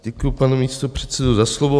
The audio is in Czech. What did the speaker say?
Děkuji, pane místopředsedo, za slovo.